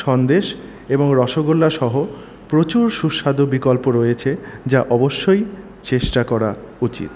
সন্দেশ এবং রসগোল্লা সহ প্রচুর সুস্বাদু বিকল্প রয়েছে যা অবশ্যই চেষ্টা করা উচিত